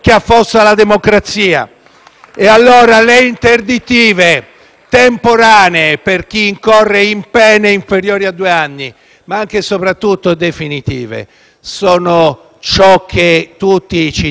Le interdittive temporanee per chi incorre in pene inferiori a due anni (ma anche e soprattutto definitive) sono allora ciò che tutti i cittadini onesti vogliono,